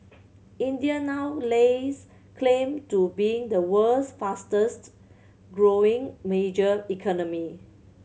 India now lays claim to being the world's fastest growing major economy